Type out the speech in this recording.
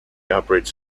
operates